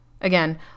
again